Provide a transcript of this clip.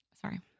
sorry